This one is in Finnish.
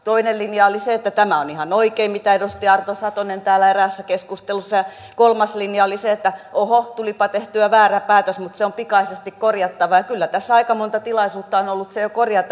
toinen linja oli se että tämä on ihan oikein mitä edustaja arto satonen täällä eräässä keskustelussa sanoi ja kolmas linja oli se että oho tulipa tehtyä väärä päätös mutta se on pikaisesti korjattava ja kyllä tässä aika monta tilaisuutta on jo ollut se korjata